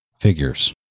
figures